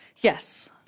Yes